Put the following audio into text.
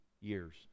years